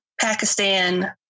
Pakistan